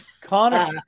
Connor